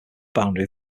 boundary